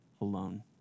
alone